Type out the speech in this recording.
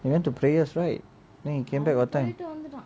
he went to prayers right then he came back what time